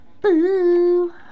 Boo